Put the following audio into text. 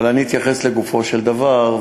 אבל אני אתייחס לגופו של דבר,